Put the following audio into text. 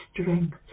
strength